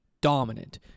dominant